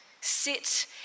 Sit